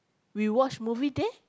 we watch movie there